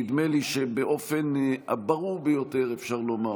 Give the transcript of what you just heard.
נדמה לי שבאופן הברור ביותר אפשר לומר